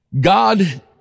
God